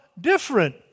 different